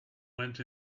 went